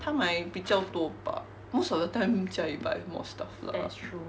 她买比较多吧 most of the time jia yi buy more stuff lah